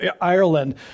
Ireland